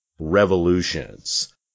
Revolutions